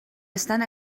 estan